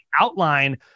outline